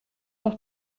noch